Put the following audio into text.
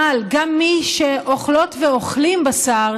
אבל גם מי שאוכלות ואוכלים בשר,